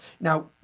Now